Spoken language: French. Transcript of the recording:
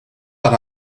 par